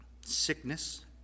sickness